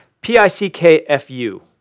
P-I-C-K-F-U